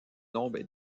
nombre